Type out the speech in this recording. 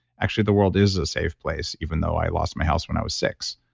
actually, the world is a safe place, even though i lost my house when i was six.